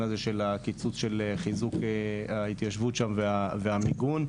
הזה של הקיצוץ של חיזוק ההתיישבות שם והמיגון,